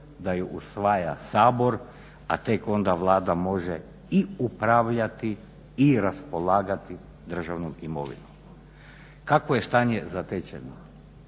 Kakvo je stanje zatečeno?